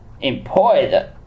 employed